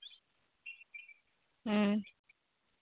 ᱦᱩᱸ